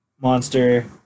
monster